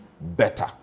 better